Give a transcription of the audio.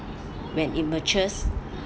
when it matures